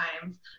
time